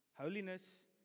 Holiness